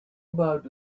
about